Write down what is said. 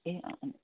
ए अँ